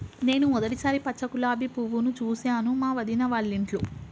నేను మొదటిసారి పచ్చ గులాబీ పువ్వును చూసాను మా వదిన వాళ్ళింట్లో